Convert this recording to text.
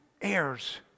heirs